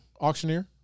auctioneer